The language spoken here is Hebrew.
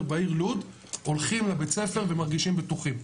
בעיר לוד הולכים לבית הספר ומרגישים בטוחים.